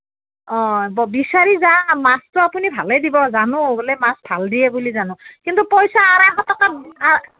অঁ ব বিচাৰি যাম মাছটো আপুনি ভালে দিব জানোঁ বোলে মাছ ভাল দিয়ে বুলি জানোঁ কিন্তু পইচা আঢ়ৈশ টকাত আ